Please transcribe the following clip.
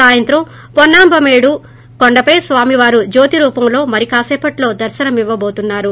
సాయంత్రం పొన్నాంబలమేడు కొండపై స్వామివారు జ్యోతి రూపంలో మరి కాసేపట్లో దర్శనమివ్వబోతున్నారు